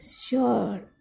Sure